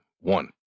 one